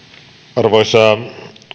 arvoisa